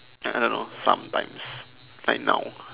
I I don't know sometimes like now